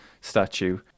statue